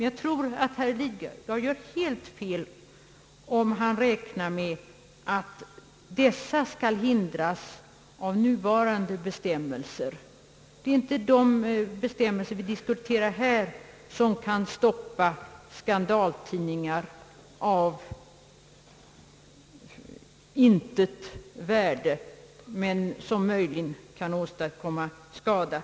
Jag tror att herr Lidgard helt misstar sig om han räknar med att dessa skulle hindras av nuvarande bestämmelser. Det är inte de bestämmelser vi diskuterar här som kan stoppa skandaltidningar, som saknar värde men möjligen kan åstadkomma skada.